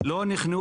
אם נולד ילד כזה,